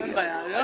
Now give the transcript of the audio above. אבל לא